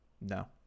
no